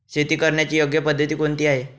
शेती करण्याची योग्य पद्धत कोणती आहे?